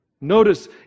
Notice